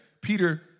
Peter